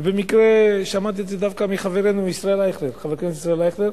ובמקרה שמעתי את זה דווקא מחברנו חבר הכנסת ישראל אייכלר,